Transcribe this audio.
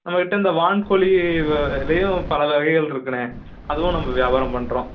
நம்மகிட்ட இந்த வான்கோழிவலயும் பல வகைகள் இருக்குண்ணே அதுவும் நம்ம வியாபாரம் பண்ணுறோம்